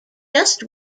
just